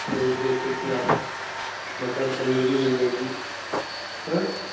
जैसे कि आपको मटर पनीर भी मिल जाएगी सर